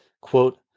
quote